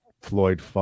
Floyd